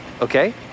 Okay